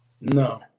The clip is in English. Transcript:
No